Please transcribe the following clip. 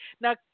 now